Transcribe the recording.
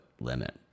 limit